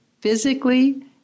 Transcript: physically